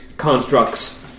constructs